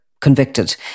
convicted